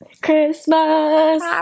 Christmas